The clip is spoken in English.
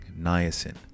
niacin